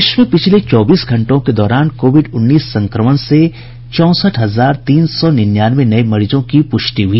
देश में पिछले चौबीस घंटों के दौरान कोविड उन्नीस संक्रमण के चौंसठ हजार तीन सौ निन्यानवे नए मरीजों की पुष्टि हुई